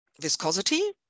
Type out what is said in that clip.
viscosity